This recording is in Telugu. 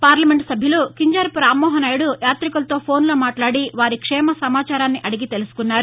పార్లమెంట్ సభ్యులు కింజరాపు రామ్మోహన్ నాయుడు యాతికులతో ఫోన్లో మాట్లాడి వారి క్షేమ సమాచారాన్ని అడిగి తెలుసుకొన్నారు